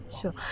sure